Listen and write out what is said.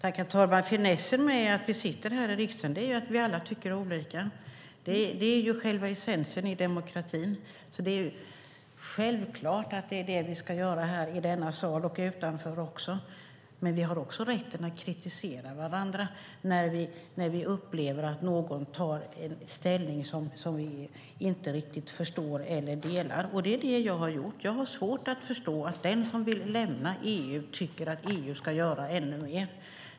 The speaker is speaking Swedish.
Herr talman! Finessen med att vi sitter här i riksdagen är att vi alla tycker olika. Det är själva essensen i demokratin. Det är självklart att det är det vi ska göra här i denna sal och även utanför. Men vi har också rätten att kritisera varandra när vi upplever att någon intar en ställning som vi inte riktigt förstår eller delar, och det är det jag har gjort. Jag har svårt att förstå att den som vill lämna EU tycker att EU ska göra ännu mer.